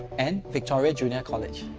and victoria junior college.